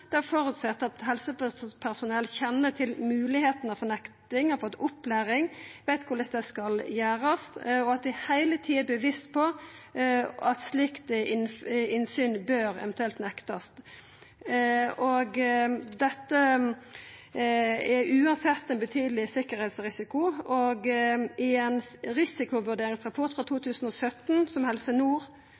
det føreset at helsepersonell kjenner til moglegheitene for nekting, har fått opplæring og veit korleis det skal gjerast, og at dei heile tida er bevisste på at slikt innsyn eventuelt bør nektast. Dette er uansett ein betydeleg sikkerheitsrisiko, og i ein risikovurderingsrapport frå 2017 som Helse Nord